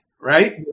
right